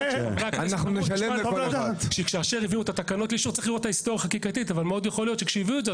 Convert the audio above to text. דרכון קבוע שפג התוקף שלו, מה קורה איתו?